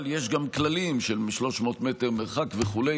אבל יש גם כללים של 300 מטר מרחק וכו',